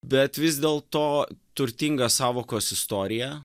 bet vis dėl to turtinga sąvokos istorija